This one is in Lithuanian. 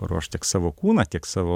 paruošt tiek savo kūną tiek savo